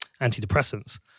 antidepressants